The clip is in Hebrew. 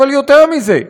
אבל יותר מזה,